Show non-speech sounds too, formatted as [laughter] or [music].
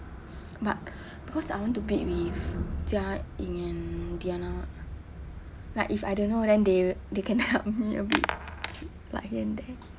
but because I want to bid with jia ying and diana like if I don't know then they they can help me a bit [laughs] like here and there